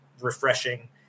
refreshing